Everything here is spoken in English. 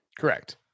Correct